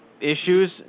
issues